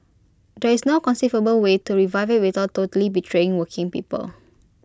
there is no conceivable way to revive IT without totally betraying working people